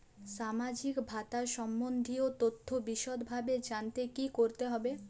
সামাজিক ভাতা সম্বন্ধীয় তথ্য বিষদভাবে জানতে কী করতে হবে?